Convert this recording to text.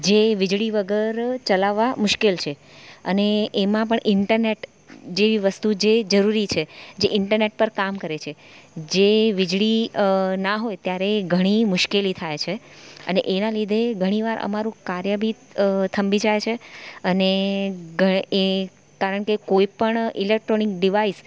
જે વીજળી વગર ચલાવવા મુશ્કેલ છે અને એમા પણ ઈન્ટરનેટ જે વસ્તુ જેવી જરૂરી છે જે ઈન્ટરનેટ પર કામ કરે છે જે વીજળી ના હોય ત્યારે ઘણી મુશ્કેલી થાય છે અને એના લીધે ઘણી વાર અમારું કાર્ય બી થંભી જાય છે અને ગય એ કારણ કે કોઈ પણ ઇલેક્ટ્રોનિક ડિવાઇસ